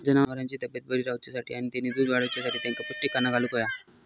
जनावरांची तब्येत बरी रवाच्यासाठी आणि तेनी दूध वाडवच्यासाठी तेंका पौष्टिक खाणा घालुक होया